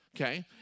okay